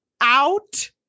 out